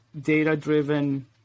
data-driven